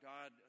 God